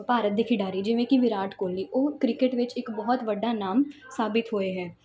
ਭਾਰਤ ਦੇ ਖਿਡਾਰੀ ਜਿਵੇਂ ਕਿ ਵਿਰਾਟ ਕੋਹਲੀ ਉਹ ਕ੍ਰਿਕਟ ਵਿੱਚ ਇੱਕ ਬਹੁਤ ਵੱਡਾ ਨਾਮ ਸਾਬਿਤ ਹੋਏ ਹੈ